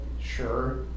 sure